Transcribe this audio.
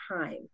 time